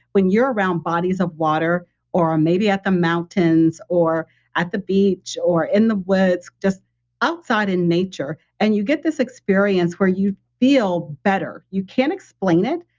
when you're around bodies of water or maybe at the mountains or at the beach or in the woods just outside in nature, and you get this experience where you feel better. you can't explain it.